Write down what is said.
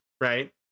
right